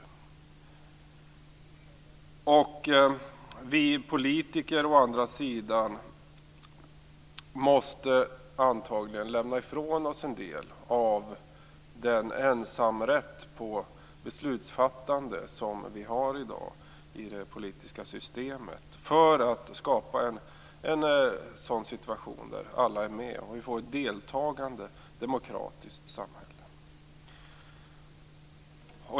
Vi politiker å andra sidan måste antagligen lämna ifrån oss en del av den ensamrätt på beslutsfattande som vi har i dag i det politiska systemet, för att skapa en situation där alla är med, så att vi får ett deltagande, ett demokratiskt samhälle.